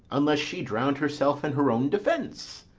unless she drowned herself in her own defence?